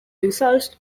results